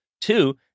Two